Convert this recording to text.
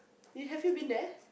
you have you been there